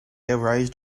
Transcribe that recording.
erased